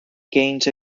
gained